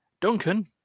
Duncan